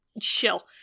chill